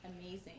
amazing